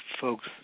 folks